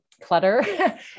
clutter